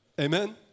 Amen